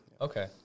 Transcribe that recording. Okay